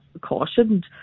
cautioned